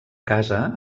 casa